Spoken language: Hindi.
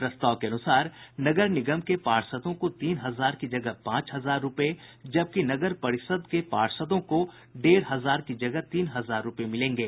प्रस्ताव के अनुसार नगर निगम के पार्षदों को तीन हजार की जगह पांच हजार रूपये जबकि नगर परिषद के पार्षदों को डेढ़ हजार की जगह तीन हजार रूपये मिलेंगे